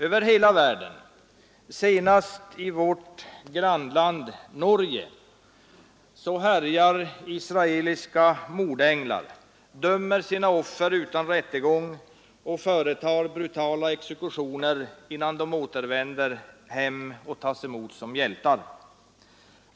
Över hela världen — senast i vårt grannland Norge — härjar israeliska mordänglar, dömer sina offer utan rättegång och företar brutala exekutioner innan de återvänder hem och tas emot som hjältar.